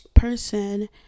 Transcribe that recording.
Person